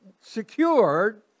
secured